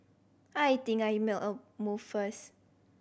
I think I make a move first